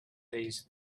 days